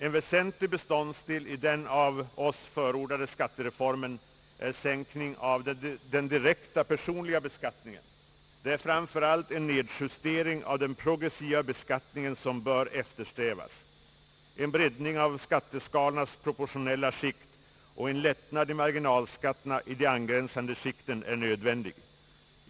En väsentlig beståndsdel i den av oss förordade skattereformen är sänkning av den direkta personliga beskattningen, Det är framför allt en nedjustering av den progressiva beskattningen, som bör eftersträvas. En breddning av skatteskalornas proportionella skikt och en lättnad i marginalskatterna i de angränsande skikten är nödvändig.